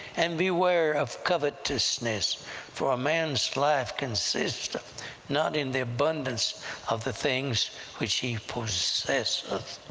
and beware of covetousness for a man's life consisteth not in the abundance of the things which he possesseth.